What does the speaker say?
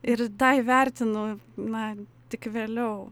ir tą įvertinau na tik vėliau